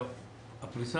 אני מבין שהפריסה